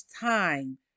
time